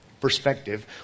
perspective